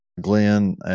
glenn